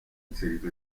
inserito